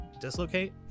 dislocate